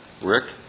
Rick